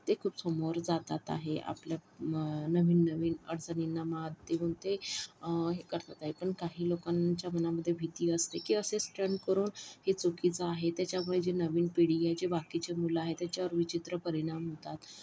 ते खूप समोर जातात आहे आपल्या नवीननवीन अडचणींना मात देऊन ते हे करतात आहे पण काही लोकांच्या मनामध्ये भीती असते की असे स्टंट करून ही चुकीचं आहे त्याच्यामुळे जी नवीन पिढी आहे जी बाकीची मुलं आहेत त्यांच्यावर विचित्र परिणाम होतात